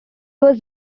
was